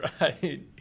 Right